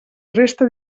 resta